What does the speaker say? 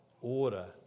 order